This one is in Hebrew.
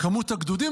כמות הגדודים,